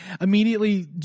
Immediately